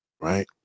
right